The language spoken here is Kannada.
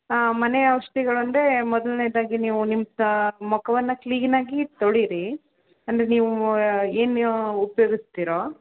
ಹಾಂ ಮನೆ ಔಷಧಿಗಳು ಅಂದರೆ ಮೊದಲನೆದಾಗಿ ನೀವು ನಿಮ್ಮ ತಾ ಮುಖವನ್ನ ಕ್ಲೀನ್ ಆಗಿ ತೊಳೀರಿ ಅಂದರೆ ನೀವು ಏನು ಉಪಯೋಗಿಸ್ತಿರೋ